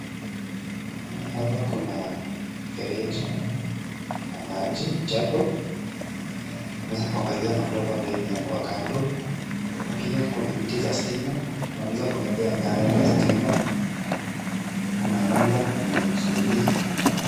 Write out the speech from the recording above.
Hapa kuna mfereji wa maji chafu, unaweza kuangalia matope ambayo imewekwa kando, pia kuna miti za stima na unaweza kuangalia nyayo za stima kuna nyumba kwenye usuli.